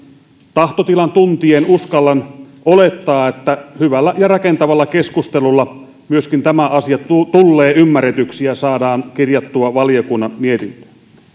tahtotilan tuntien uskallan olettaa että hyvällä ja rakentavalla keskustelulla myöskin tämä asia tullee ymmärretyksi ja saadaan kirjattua valiokunnan mietintöön